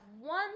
one